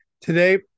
Today